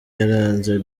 yaranze